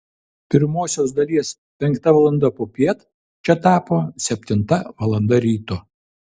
pirmosios dalies penkta valanda popiet čia tapo septinta valanda ryto